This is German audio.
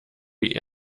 wie